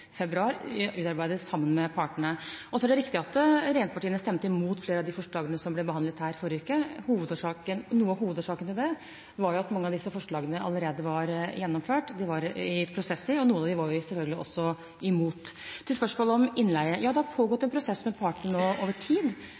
februar og er utarbeidet sammen med partene. Så er det riktig at regjeringspartiene stemte imot flere av de forslagene som ble behandlet her forrige uke. Noe av hovedårsaken til det var jo at mange av disse forslagene allerede var gjennomført, de var i prosesser, og noen av dem var vi selvfølgelig også imot. Til spørsmål om innleie: Ja, det har pågått en prosess med partene over tid